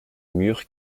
mur